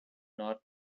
not